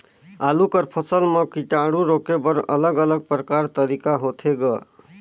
आलू कर फसल म कीटाणु रोके बर अलग अलग प्रकार तरीका होथे ग?